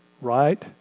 right